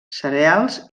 cereals